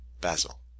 Basil